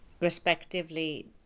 respectively